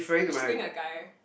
you're just being a guy